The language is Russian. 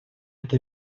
это